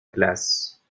glace